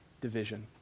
division